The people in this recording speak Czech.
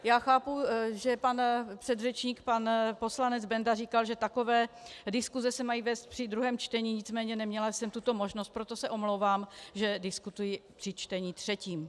Já chápu, že můj předřečník pan poslanec Benda říkal, že takové diskuse se mají vést při druhém čtení, nicméně neměla jsem tuto možnost, proto se omlouvám, že diskutuji při čtení třetím.